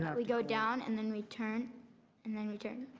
yeah we go down and then we turn and then we turn.